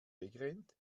wegrennt